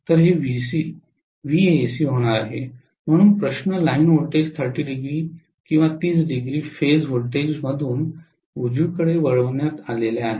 तर हे व्हीएसी होणार आहे म्हणूनच लाइन व्होल्टेजेस 300 फेज व्होल्टेजमधून उजवीकडे वळविण्यात आल्या आहेत